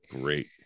Great